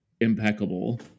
impeccable